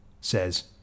says